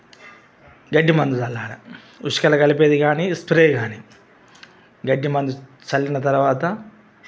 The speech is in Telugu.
గడ్డి మందు చల్లాల ఉస్కల కలిపేది గానీ స్ప్రే గానీ గడ్డి మందు చల్లిన తరవాత